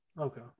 Okay